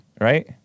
Right